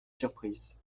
surprise